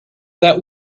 that